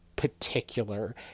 particular